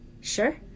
Sure